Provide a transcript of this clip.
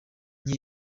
nke